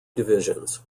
divisions